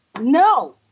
No